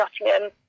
Nottingham